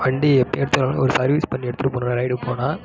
வண்டி எப்போ எடுத்தாலும் ஒரு சர்வீஸ் பண்ணி எடுத்துட்டு போகணும் ரைடு போனால்